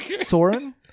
Soren